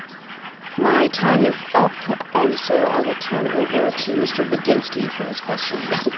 my time is up, and so i will turn over to mr. budinski for his questions.